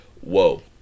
whoa